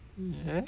ya